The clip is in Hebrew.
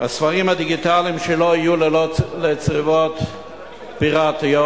הספרים הדיגיטליים, שלא יהיו צריבות פיראטיות.